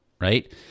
right